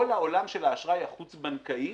כל העולם של האשראי החוץ בנקאי